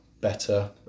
better